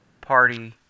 party